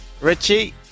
Richie